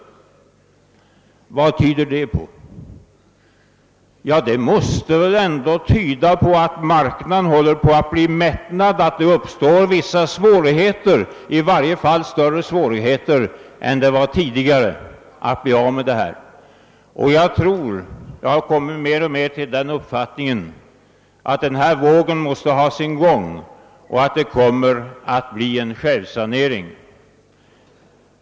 Vad tyder det på? Det måste väl ändå tyda på att marknaden håller på att bli mättad och att det uppstått större svårigheter än tidigare att bli av med dessa tidskrifter. Jag har mer och mer kommit till den uppfattningen att den här vågen måste ha sin gång, och att det blir en självsanering.